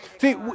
See